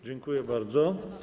Dziękuję bardzo.